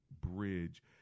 Bridge